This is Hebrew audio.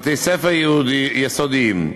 בתי-ספר יסודיים: